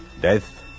Death